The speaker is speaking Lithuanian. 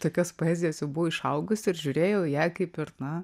tokios poezijos jau buvau išaugus ir žiūrėjau į ją kaip ir na